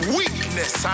weakness